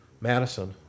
Madison